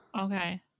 okay